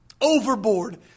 overboard